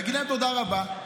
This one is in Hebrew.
להגיד להם תודה רבה.